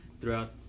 throughout